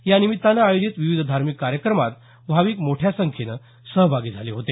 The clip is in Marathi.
यानिमित्तानं आयोजित विविध धार्मिक कार्यक्रमात भाविक मोठ्या संख्येनं सहभागी झाले होते